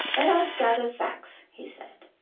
let us gather facts he said,